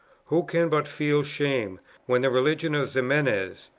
who can but feel shame when the religion of ximenes,